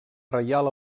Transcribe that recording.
reial